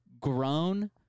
grown